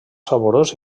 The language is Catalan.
saborós